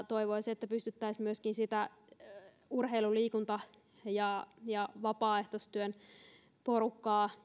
toivoisi että pystyttäisiin myöskin sitä urheilu liikunta ja ja vapaaehtoistyön porukkaa